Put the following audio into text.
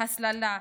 הסללה,